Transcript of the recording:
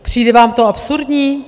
Přijde vám to absurdní?